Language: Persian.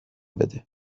بده